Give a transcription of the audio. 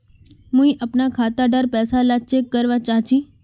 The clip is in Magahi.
मुई अपना खाता डार पैसा ला चेक करवा चाहची?